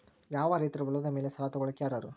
ಯಾವ ರೈತರು ಹೊಲದ ಮೇಲೆ ಸಾಲ ತಗೊಳ್ಳೋಕೆ ಅರ್ಹರು?